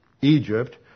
Egypt